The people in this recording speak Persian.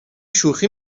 شوخی